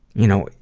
you know,